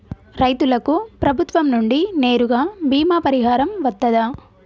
రైతులకు ప్రభుత్వం నుండి నేరుగా బీమా పరిహారం వత్తదా?